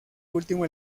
último